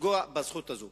לפגוע בזכות הזאת.